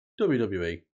WWE